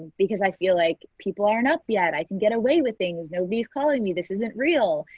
because i feel like people aren't up yet. i can get away with things. nobody is calling me. this isn't real.